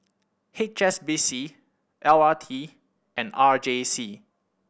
H S B C L R T and R J C